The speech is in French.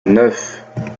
neuf